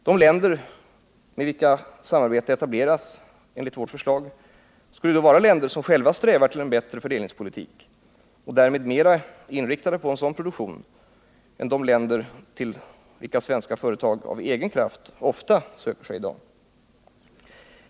De länder med vilka samarbete etableras enligt vårt förslag skulle då vara länder som själva strävar till en bättre fördelningspolitik och därmed är mer inriktade på en sådan produktion än de länder till vilka svenska företag av egen kraft ofta söker sig i dag.